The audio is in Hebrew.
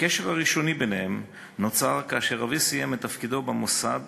הקשר הראשוני ביניהם נוצר כאשר אבי סיים את תפקידו במוסד